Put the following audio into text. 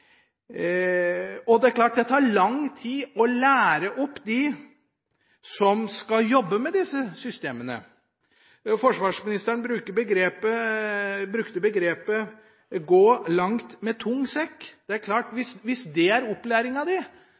Det er klart at det tar lang tid å lære opp dem som skal jobbe med disse systemene. Forsvarsministeren brukte begrepet «gå langt med tung sekk». Det er klart at hvis det er opplæringa,